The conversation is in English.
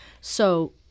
So-